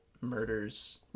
murders